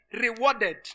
rewarded